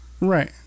Right